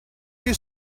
you